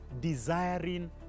desiring